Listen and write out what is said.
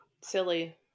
Silly